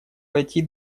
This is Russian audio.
пойти